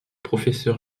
professeur